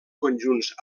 conjunts